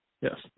Yes